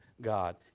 God